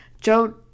Joe